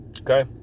Okay